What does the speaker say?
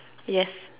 yes